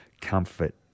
comfort